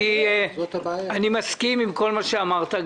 אני מסכים עם כל מה שאמרת,